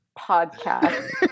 podcast